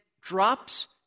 drops